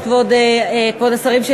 כבוד היושב-ראש,